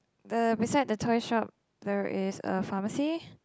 the beside the toy shop there is a pharmacy